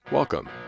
Welcome